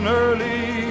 early